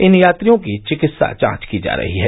इन यात्रियों की चिकित्सा जांच की जा रही है